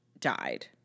died